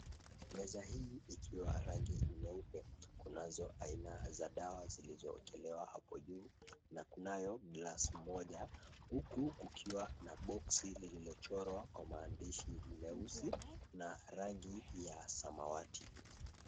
Meza hii ikiwa ya rangi nyeupe kunazo aina za dawa zilizoekelewa hapo juu na kunayo glass moja huku kukiwa na boxi lililochorwa kwa maandishi meusi na rangi ya samawati.